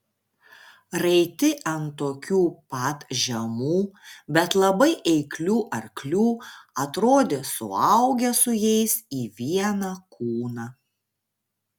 raiti ant tokių pat žemų bet labai eiklių arklių atrodė suaugę su jais į vieną kūną